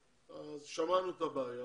שמענו את הבעיה